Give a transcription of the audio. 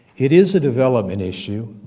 it is a development issue,